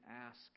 ask